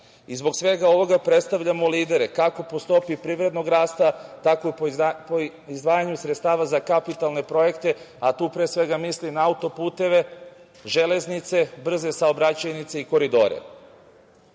Zbog svega ovoga predstavljamo lidere, kako po stopi privrednog rasta, tako i po izdvajanju sredstva za kapitalne projekte, a tu mislim na autoputeve, železnice, brze saobraćajnice i koridore. Očigledno